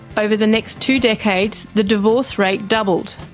over the next two decades the divorce rate doubled.